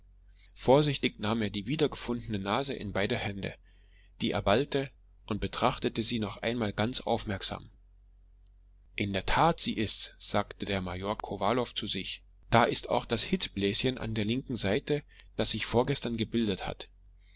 vorsichtig nahm er die wiedergefundene nase in beide hände die er ballte und betrachtete sie noch einmal ganz aufmerksam in der tat sie ist's sagte der major kowalow zu sich da ist auch das hitzbläschen an der linken seite das sich vorgestern gebildet hat